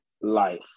life